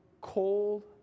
cold